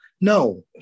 No